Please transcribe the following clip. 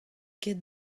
ket